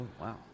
wow